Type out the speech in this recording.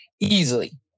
easily